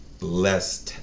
less